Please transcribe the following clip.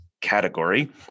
category